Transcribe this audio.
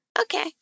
Okay